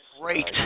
Great